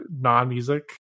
non-music